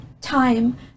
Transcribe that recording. time